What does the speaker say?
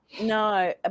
no